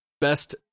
Best